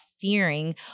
fearing